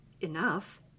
Enough